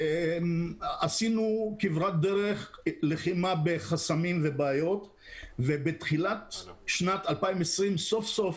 עשינו כברת דרך עם לחימה בחסמים ובעיות ובתחילת שנת 2020 סוף סוף